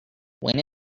when